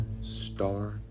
star